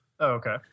Okay